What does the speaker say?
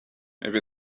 maybe